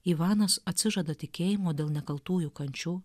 ivanas atsižada tikėjimo dėl nekaltųjų kančių